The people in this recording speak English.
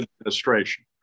administration